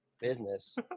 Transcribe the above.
business